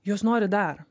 jos nori dar